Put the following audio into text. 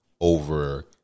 over